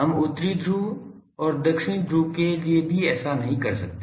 हम उत्तरी ध्रुव और दक्षिणी ध्रुव के लिए ऐसा नहीं कर सकते